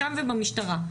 שם ובמשטרה,